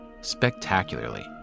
Spectacularly